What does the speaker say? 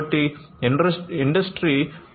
కాబట్టి ఇండస్ట్రీ 4